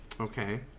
Okay